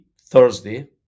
Thursday